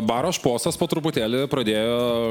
baro šposas po truputėlį pradėjo